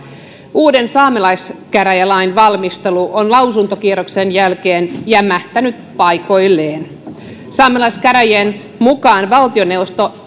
uuden saamelaiskäräjälain valmistelu on lausuntokierroksen jälkeen jämähtänyt paikoilleen saamelaiskäräjien mukaan valtioneuvosto